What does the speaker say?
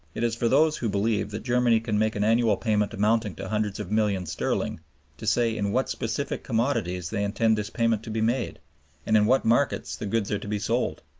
it is for those who believe that germany can make an annual payment amounting to hundreds of millions sterling to say in what specific commodities they intend this payment to be made and in what markets the goods are to be sold.